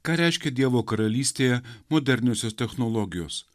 ką reiškia dievo karalystėje moderniosios technologijos